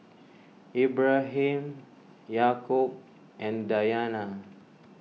Ibrahim Yaakob and Dayana